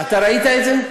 אתה ראית את זה?